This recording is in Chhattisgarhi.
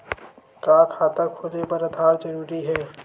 का खाता खोले बर आधार जरूरी हे?